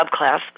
subclass